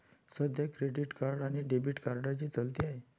सध्या credit card आणि debit कार्डची चलती आहे